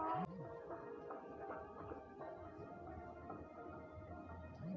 चंपा के फूलों में मीठी और सुखद महक होती है